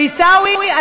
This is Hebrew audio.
עיסאווי,